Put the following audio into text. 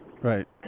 Right